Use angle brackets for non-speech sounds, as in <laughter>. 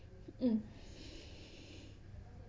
mm <breath>